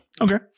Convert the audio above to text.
okay